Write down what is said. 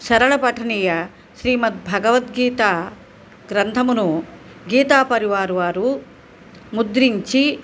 సరళ పఠనీయ శ్రీమద్ భగవత్ గీత గ్రంథమును గీతా పరివార్ వారు ముద్రించి